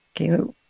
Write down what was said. Okay